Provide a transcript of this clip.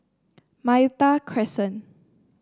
Malta Crescent